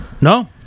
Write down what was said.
No